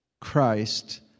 Christ